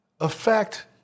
affect